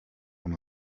one